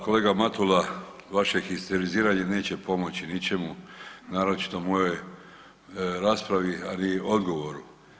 Kolega Matula, vaše histeriziranje neće pomoći ničemu, naročito mojoj raspravi, ali i odgovoru.